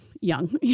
young